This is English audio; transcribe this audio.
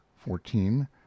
fourteen